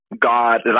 God